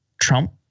Trump